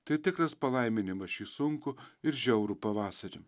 tai tikras palaiminimas šį sunkų ir žiaurų pavasarį